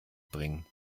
bringen